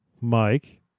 Mike